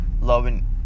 Loving